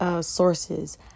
Sources